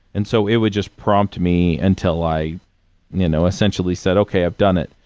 and so it would just prompt me until i you know essentially said, okay. i've done it.